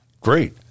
Great